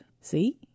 See